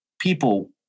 people